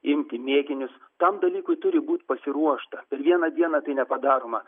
imti mėginius tam dalykui turi būt pasiruošta vieną dieną tai nepadaroma